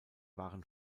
waren